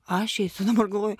aš eisiu dabar galvoju